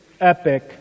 epic